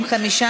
לפיד,